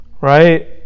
right